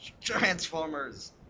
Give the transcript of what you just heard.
Transformers